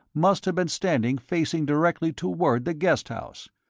must have been standing facing directly toward the guest house.